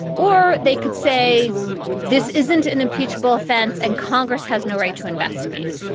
or they could say this isn't an impeachable offense. and congress has no right to investigate.